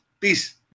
Peace